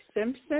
Simpson